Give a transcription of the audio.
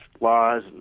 laws